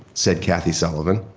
said kathy sullivan.